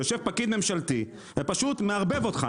שיושב פקיד ממשלתי ופשוט מערבב אותך,